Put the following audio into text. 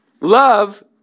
Love